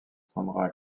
sandra